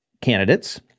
candidates